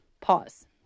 Pause